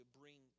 bring